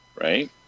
Right